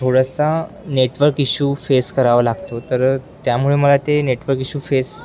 थोडासा network issue face करावा लागतो तर त्यामुळे मला ते नेटवर्क इशू फेस